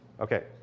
Okay